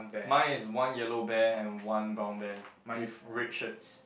mine is one yellow bear and one brown bear with red shirts